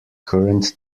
current